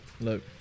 Look